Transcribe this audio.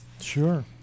Sure